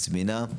זמינה,